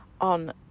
on